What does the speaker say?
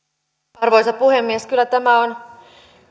arvoisa puhemies kyllä tämä on